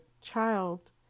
child